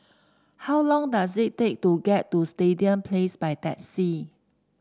how long does it take to get to Stadium Place by taxi